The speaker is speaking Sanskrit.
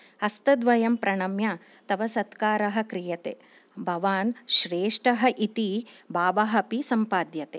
हस्तद्वयं प्रणम्य तव सत्कारः क्रियते भवान् श्रेष्ठः इति भावः अपि सम्पाद्यते